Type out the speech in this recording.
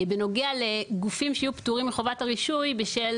בנוגע לגופים שיהיו פטורים מחובת הרישוי בשל